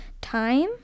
time